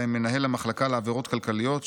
בהם מנהל המחלקה לעבירות כלכליות,